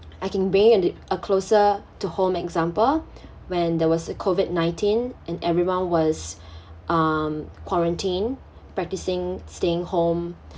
I can a closer to home example when there was a COVID-nineteen and everyone was um quarantine practicing staying home